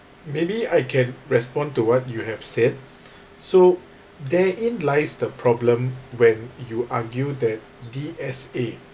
maybe I can respond to what you have said so there in lies the problem when you argue that D_S_A